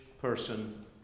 person